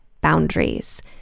boundaries